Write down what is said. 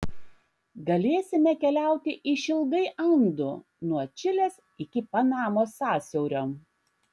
galėsime keliauti išilgai andų nuo čilės iki panamos sąsiaurio